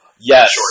Yes